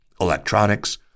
electronics